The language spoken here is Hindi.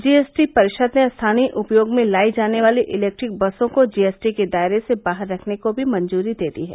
जीएसटी परिषद ने स्थानीय उपयोग में लाई जाने वाली इलेक्ट्रिक बसों को जीएसटी के दायरे से बाहर रखने को भी मंजूरी दे दी है